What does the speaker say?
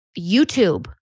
YouTube